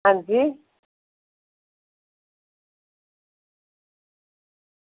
अंजी